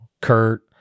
Kurt